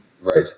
right